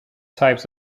types